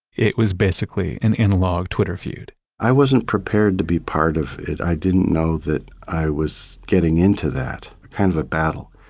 it was basically an analog twitter feud i wasn't prepared to be part of it. i didn't know that i was getting into that kind of a battle.